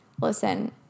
Listen